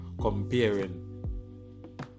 comparing